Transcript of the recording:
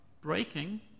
breaking